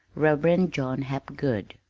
reverend john hapgood.